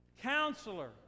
Counselor